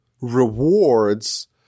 rewards